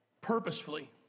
purposefully